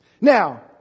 Now